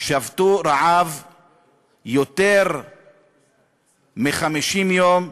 שבתו רעב יותר מ-50 יום,